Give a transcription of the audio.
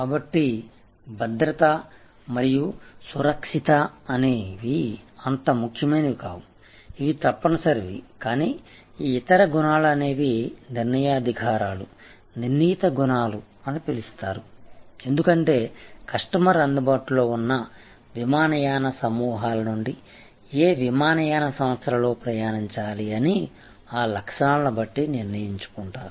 కాబట్టి భద్రత మరియు సురక్షిత అనేవి అంత ముఖ్యమైనవి కావు ఇవి తప్పనిసరి కానీ ఈ ఇతర గుణాలు అనేవి నిర్ణయాధికారులు నిర్ణీత గుణాలు అని పిలుస్తారు ఎందుకంటే కస్టమర్ అందుబాటులో ఉన్న విమానయాన సమూహాల నుండి ఏ విమానయాన సంస్థలలో ప్రయాణించాలి అని ఆ లక్షణాలను బట్టి నిర్ణయించుకుంటారు